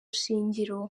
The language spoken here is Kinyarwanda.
shingiro